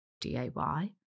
D-A-Y